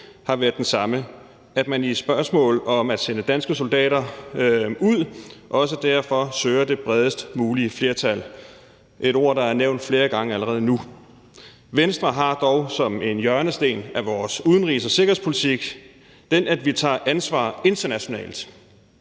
er den samme, nemlig at man i spørgsmålet om at sende danske soldater ud skal søge det bredest mulige flertal – et ord, der er nævnt flere gange allerede nu. Venstre har dog som en hjørnesten i vores udenrigs- og sikkerhedspolitik, at vi tager ansvar internationalt,